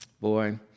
Boy